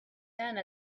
done